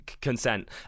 consent